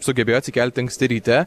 sugebėjo atsikelti anksti ryte